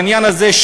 העניין הזה,